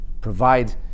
provide